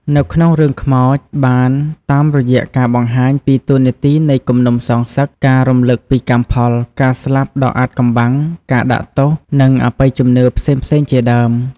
នៅក្នុងរឿងខ្មោចបានតាមរយៈការបង្ហាញពី តួនាទីនៃគំនុំសងសឹក ការរំលឹកពីកម្មផល ការស្លាប់ដ៏អាថ៌កំបាំង ការដាក់ទោស និងអបិយជំនឿផ្សេងៗជាដើម។